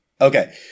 Okay